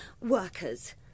workers